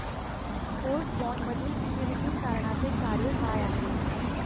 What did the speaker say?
Court बाँडमधील securities तारणाचे कार्य काय आहे?